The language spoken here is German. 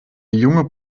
junge